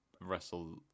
wrestle